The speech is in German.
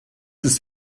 ist